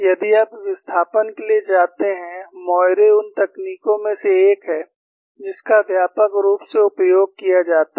यदि आप विस्थापन के लिए जाते हैं मोइरेMoiré उन तकनीकों में से एक है जिसका व्यापक रूप से उपयोग किया जाता है